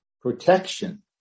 protection